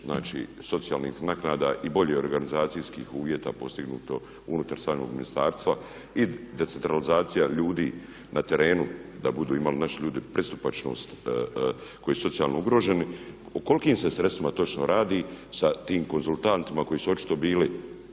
socijalnih naknada i boljih organizacijskih uvjeta postignuto unutar samog ministarstva i decentralizacija ljudi na terenu da budu imali naši ludi pristupačnost tko je socijalno ugrožen. O kolikim se sredstvima točno radi sa tim konzultantima koji su očito bili,